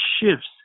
shifts